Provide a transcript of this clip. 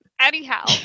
Anyhow